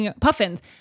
puffins